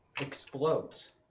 explodes